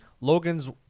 Logan's